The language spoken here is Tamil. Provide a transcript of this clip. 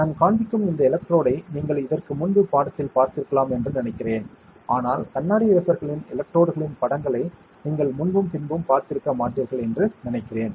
நான் காண்பிக்கும் இந்த எலக்ட்ரோடை நீங்கள் இதற்கு முன்பு பாடத்தில் பார்த்திருக்கலாம் என்று நினைக்கிறேன் ஆனால் கண்ணாடி வேஃபர்களின் எலக்ட்ரோடுகளின் படங்களை நீங்கள் முன்பும் பின்பும் பார்த்திருக்க மாட்டீர்கள் என்று நினைக்கிறேன்